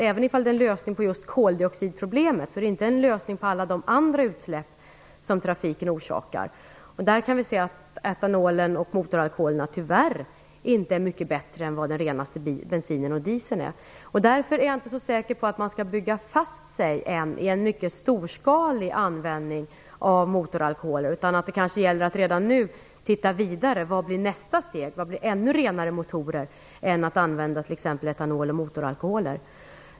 Även om de är en lösning på just koldioxidproblemet är de inte en lösning på alla de andra utsläpp som trafiken orsakar. Där kan vi säga att etanolen och motoralkoholerna tyvärr inte är mycket bättre än den renaste bensinen och dieseln är. Därför är jag inte så säker på att man skall bygga fast sig i en mycket storskalig användning av motoralkoholer, utan det gäller att redan nu titta vidare, se vad som blir nästa steg, vad är det som ger ännu renare motorer än användningen av etanol och motoralkoholer.